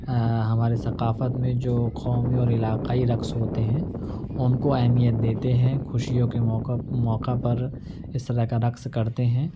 ہمارے ثقافت میں جو قومی اور علاقائی رقص ہوتے ہیں ان کو اہمیت دیتے ہیں خوشیوں کے موقع پر اس طرح کا رقص کرتے ہیں